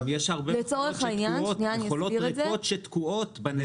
גם יש הרבה מכולות ריקות שתקועות בנמלים.